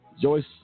Joyce